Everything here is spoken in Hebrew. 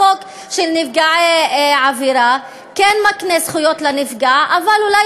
החוק של נפגעי עבירה כן מקנה זכויות לנפגע אבל אולי